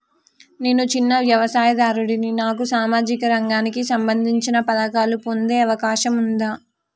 నేను చిన్న వ్యవసాయదారుడిని నాకు సామాజిక రంగానికి సంబంధించిన పథకాలు పొందే అవకాశం ఉందా?